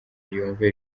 yumve